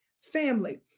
Family